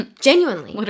Genuinely